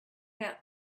out